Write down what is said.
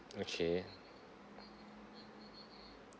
okay